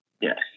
Yes